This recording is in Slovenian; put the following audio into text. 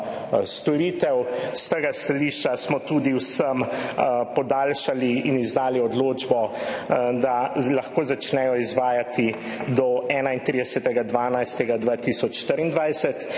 storitev. S tega stališča smo tudi vsem podaljšali in izdali odločbo, da lahko začnejo izvajati do 31. 12. 2024.